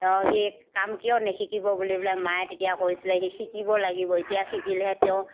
অঁ সি কাম কিয় নিশিকিব বুলি পেলাই মায়ে তেতিয়া কৈছিলে সি শিকিব লাগিব এতিয়া শিকিলেহে তেওঁ